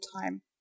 time